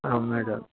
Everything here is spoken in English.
madam